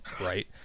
right